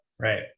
Right